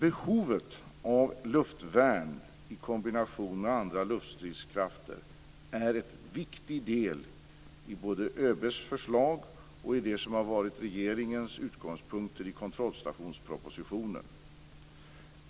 Behovet av luftvärn i kombination med andra luftstridskrafter är en viktig del i både ÖB:s förslag och det som har varit regeringens utgångspunkter i kontrollstationspropositionen.